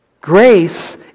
Grace